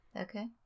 Okay